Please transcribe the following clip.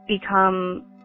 become